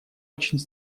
очень